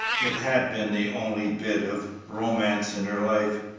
it had been the only bit of romance in her life,